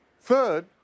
Third